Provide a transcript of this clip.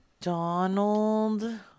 Donald